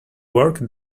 work